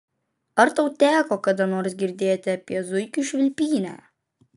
ar tau teko kada nors girdėti apie zuikių švilpynę